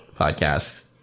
podcasts